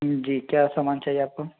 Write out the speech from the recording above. जी क्या सामान चाहिए आपको